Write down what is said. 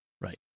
Right